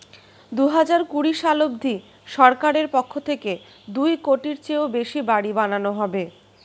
দুহাজার কুড়ি সাল অবধি সরকারের পক্ষ থেকে দুই কোটির চেয়েও বেশি বাড়ি বানানো হবে